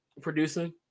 producing